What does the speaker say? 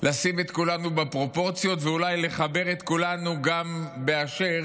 לשים את כולנו בפרופורציות ואולי לחבר את כולנו גם באשר